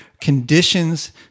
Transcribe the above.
conditions